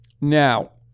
Now